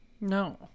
no